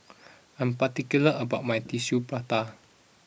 I am particular about my Tissue Prata